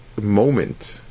moment